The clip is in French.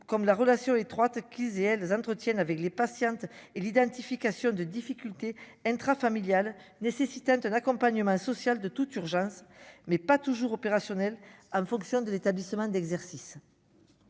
comme la relation étroite qu'ils et elles entretiennent avec les patientes et l'identification de difficultés nécessitant un accompagnement social de toute urgence, mais pas toujours opérationnel en fonction de l'établissement d'exercice